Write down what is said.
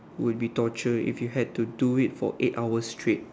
would be torture if you had to do it for eight hours straight